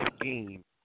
game